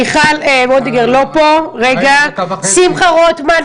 מיכל וולדיגר לא פה, חבר הכנסת שמחה רוטמן,